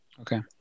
Okay